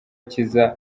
kiza